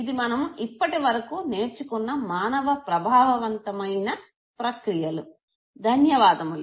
ఇది మనము ఇప్పటి వరకు నేర్చుకున్న మానవ ప్రభావవంతమైన ప్రక్రియలు